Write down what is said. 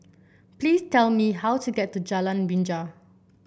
please tell me how to get to Jalan Binja